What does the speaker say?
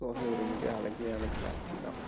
so அது ஒரு மிக அழகிய காட்சி தான்